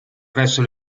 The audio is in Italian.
presso